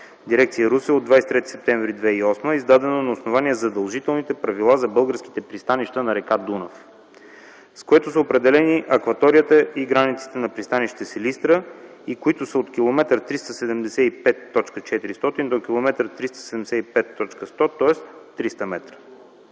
дирекция – Русе от 23 септември 2008 г., издадено на основание Задължителните правила за българските пристанища на р. Дунав, с което са определени акваторията и границите на пристанище Силистра и които са от километър 375.400 до километър 375.100, тоест 300 метра.